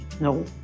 no